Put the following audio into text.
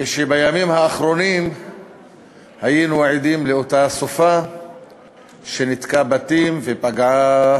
כשבימים האחרונים היינו עדים לאותה סופה שניתקה בתים ופגעה